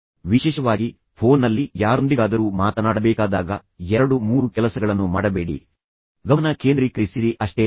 ಈಗ ವಿಶೇಷವಾಗಿ ನೀವು ಫೋನ್ ನಲ್ಲಿ ಯಾರೊಂದಿಗಾದರೂ ಮಾತನಾಡಬೇಕಾದಾಗ ಎರಡು ಮೂರು ಕೆಲಸಗಳನ್ನು ಮಾಡಬೇಡಿ ಗಮನ ಕೇಂದ್ರೀಕರಿಸಿರಿ ಅಷ್ಟೇ